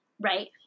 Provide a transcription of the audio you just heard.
right